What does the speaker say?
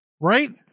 right